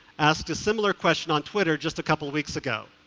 asked a similar question on twitter just a couple of weeks ago,